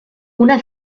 una